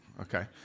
Okay